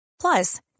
Plus